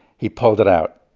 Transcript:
he pulled it out.